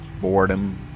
boredom